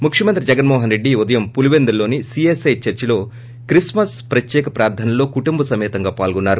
ముఖ్యమంత్రి పైఎస్ జగన్మోహన్రెడ్డి ఈ ఉదయం పులిపెందులలోని సీఎస్ఐ చర్చిలో క్రిస్కస్ ప్రత్యేక ప్రార్దనల్లో కుటుంబ సమేతంగా పాల్గొన్నారు